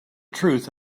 truth